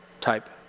type